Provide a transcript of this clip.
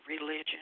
religion